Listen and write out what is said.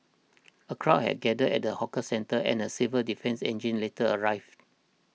a crowd had gathered at the hawker centre and a civil defence engine later arrived